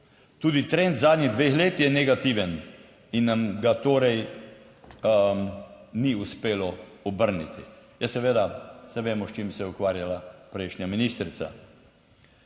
Tudi trend zadnjih dveh let je negativen in nam ga torej ni uspelo obrniti. Ja seveda, saj vemo s čim se je ukvarjala prejšnja ministrica.